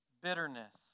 bitterness